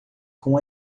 com